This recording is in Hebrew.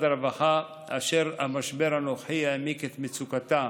הרווחה אשר המשבר הנוכחי העמיק את מצוקתה,